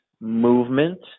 movement